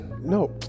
No